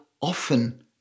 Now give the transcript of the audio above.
often